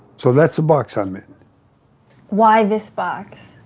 so that's a box on me why this box?